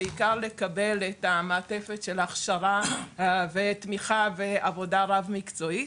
בעיקר לקבל את המעטפת של הכשרה ושל תמיכה ועבודה רב מקצועית.